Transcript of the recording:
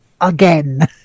again